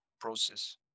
process